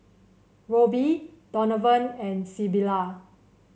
Roby Donovan and Sybilla